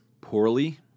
poorly